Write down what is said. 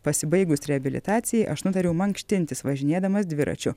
pasibaigus reabilitacijai aš nutariau mankštintis važinėdamas dviračiu